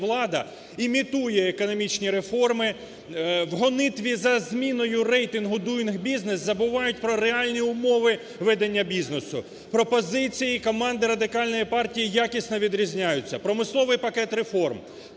влада – імітує економічні реформи, в гонитві за зміною рейтингу Doing Business забувають про реальні умови ведення бізнесу. Пропозиції команди Радикальної партії якісно відрізняються. Промисловий пакет реформ.